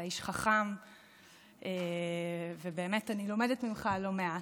אתה איש חכם ובאמת אני לומדת ממך לא מעט,